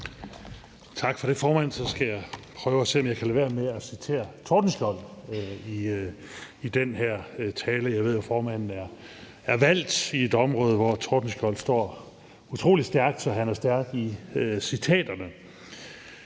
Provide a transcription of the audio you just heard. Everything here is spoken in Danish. Tak for det, formand. Så skal jeg prøve at se, om jeg kan lade være med at citere Tordenskiold i den her tale; jeg ved jo, at formanden er valgt i et område, hvor Tordenskiold står utrolig stærkt, så han er stærk i citaterne.